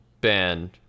band